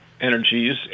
energies